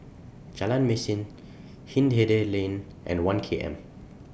Jalan Mesin Hindhede Lane and one K M